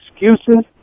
excuses